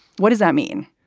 what does that mean?